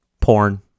Porn